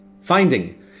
finding